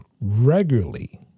regularly